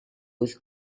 with